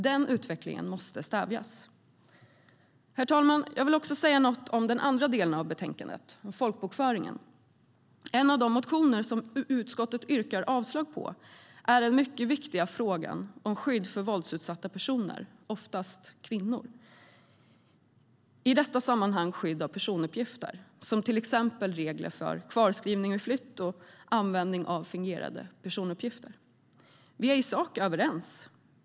Den utvecklingen måste stävjas. Herr ålderspresident! Jag vill också säga något om den andra delen av betänkandet, om folkbokföring. En av de motioner som utskottet yrkar avslag på är den mycket viktiga frågan om skydd för våldsutsatta personer, oftast kvinnor. I detta sammanhang gäller det skydd av personuppgifter, till exempel regler för kvarskrivning vid flytt och användning av fingerade personuppgifter. Vi är i sak överens.